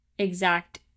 exact